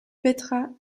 petra